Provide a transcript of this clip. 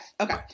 okay